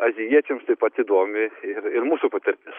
azijiečiams taip pat įdomi ir ir mūsų patirtis